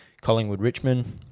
Collingwood-Richmond